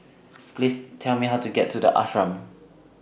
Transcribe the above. Please Tell Me How to get to The Ashram